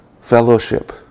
Fellowship